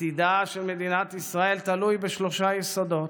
"עתידה של מדינת ישראל תלוי בשלושה יסודות: